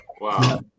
Wow